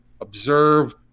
observe